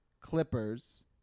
Clippers